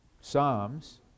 Psalms